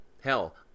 hell